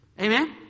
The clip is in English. Amen